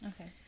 Okay